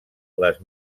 les